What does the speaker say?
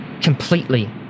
completely